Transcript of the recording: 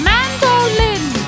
Mandolin